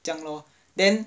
这样 lor then